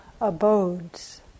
abodes